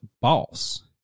boss